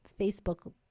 Facebook